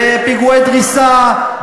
בפיגועי דריסה,